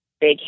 big